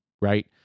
right